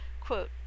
Quote